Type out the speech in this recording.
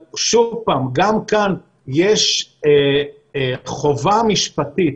אבל, שוב פעם, גם כאן יש חובה משפטית,